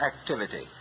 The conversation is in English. activity